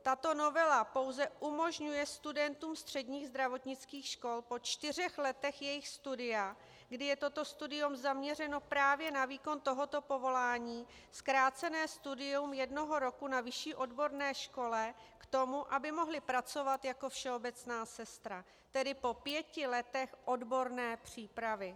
Tato novela pouze umožňuje studentům středních zdravotnických škol po čtyřech letech jejich studia, kdy je toto studium zaměřeno právě na výkon tohoto povolání, zkrácené studium jednoho roku na vyšší odborné škole k tomu, aby mohli pracovat jako všeobecná sestra tedy po pěti letech odborné přípravy.